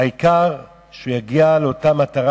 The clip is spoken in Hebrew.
העיקר שהוא יגיע לאותה מטרה,